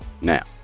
now